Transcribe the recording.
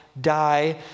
die